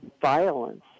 violence